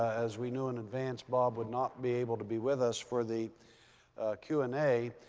as we knew in advance, bob would not be able to be with us for the q and a.